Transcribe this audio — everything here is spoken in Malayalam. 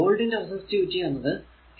ഗോൾഡ് ന്റെ റെസിസ്റ്റിവിറ്റി എന്നത് 2